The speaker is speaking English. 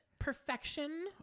perfection